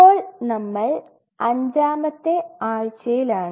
ഇപ്പോൾ നമ്മൾ അഞ്ചാമത്തെ ആഴ്ച്ചയിലാണ്